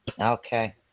Okay